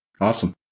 Awesome